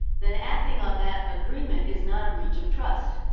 then acting on that agreement is not a breach of trust.